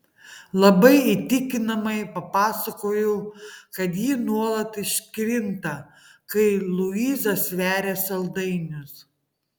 labai įtikinamai papasakojau kad ji nuolat iškrinta kai luiza sveria saldainius